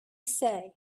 say